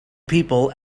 people